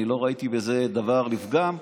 לא ראיתי בזה טעם לפגם,